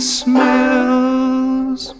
smells